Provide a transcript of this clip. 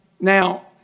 now